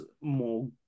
more